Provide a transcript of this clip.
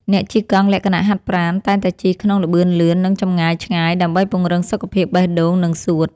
អ្នកជិះកង់លក្ខណៈហាត់ប្រាណ តែងតែជិះក្នុងល្បឿនលឿន និងចម្ងាយឆ្ងាយដើម្បីពង្រឹងសុខភាពបេះដូង និងសួត។